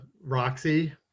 Roxy